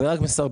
זה רק מסרבל,